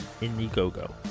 Indiegogo